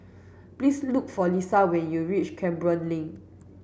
please look for Lisette when you reach Canberra Link